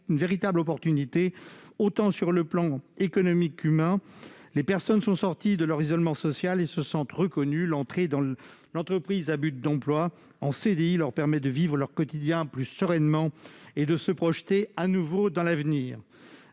une véritable chance, d'un point de vue tant économique qu'humain. Les personnes sont sorties de leur isolement social et se sentent reconnues. L'entrée dans l'entreprise à but d'emploi en CDI leur permet de vivre leur quotidien plus sereinement et de se projeter de nouveau dans l'avenir.